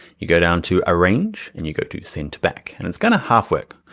you go down to arrange. and you go to send to back. and it's gonna half work,